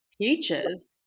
peaches